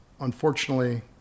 unfortunately